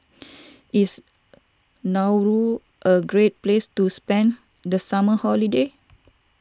Is Nauru a great place to spend the summer holiday